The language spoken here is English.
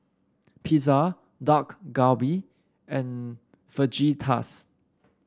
Pizza Dak Galbi and Fajitas